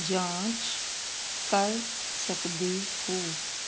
ਜਾਂਚ ਕਰ ਸਕਦੇ ਹੋ